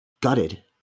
gutted